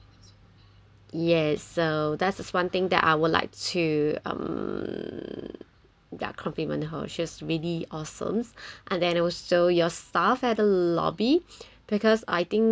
yes so that's the one thing that I would like to um ya compliment her she is really awesomes and then also your staff at the lobby because I think